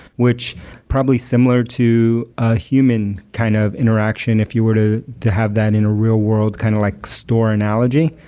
which probably similar to a human kind of interaction if you were to to have that in a real-world kind of like store analogy,